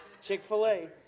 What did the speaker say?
Chick-fil-A